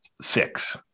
six